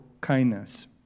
kindness